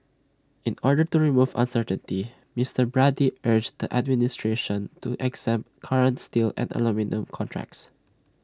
in order to remove uncertainty Mister Brady urged the administration to exempt current steel and aluminium contracts